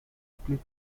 split